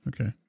Okay